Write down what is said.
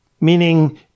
meaning